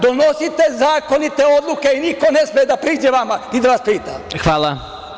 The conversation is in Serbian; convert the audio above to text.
Donosite zakonite odluke i niko ne sme da priđe vama i da vas pita.